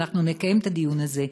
ואנחנו נקיים את הדיון הזה,